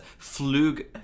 flug